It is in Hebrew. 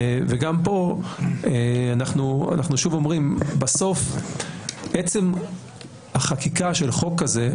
גם כאן אנחנו שוב אומרים שבסוף עצם החקיקה של חוק כזה,